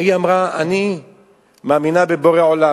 היא אמרה: אני מאמינה בבורא עולם,